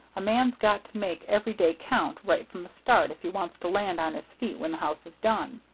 a man's got to make every day count right from the start if he wants to land on his feet when the house is done.